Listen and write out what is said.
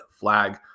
flag